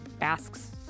asks